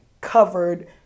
covered